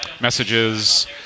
messages